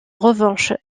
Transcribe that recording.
revanche